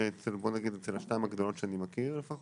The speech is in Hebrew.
הגדולות שאני מכיר,